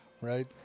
right